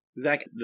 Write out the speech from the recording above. Zach